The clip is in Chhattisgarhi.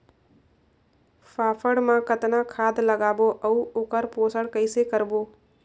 फाफण मा कतना खाद लगाबो अउ ओकर पोषण कइसे करबो?